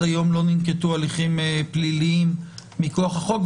היום לא ננקטו הליכים פליליים מכוח החוק.